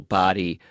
body